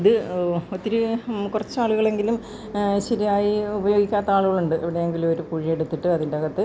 ഇത് ഒത്തിരി കുറച്ച് ആളുകൾ എങ്കിലും ശരിയായി ഉപയോഗിക്കാത്ത ആളുകളുണ്ട് എവിടെ എങ്കിലും കുഴി എടുത്തിട്ട് അതിൻ്റെ അകത്ത്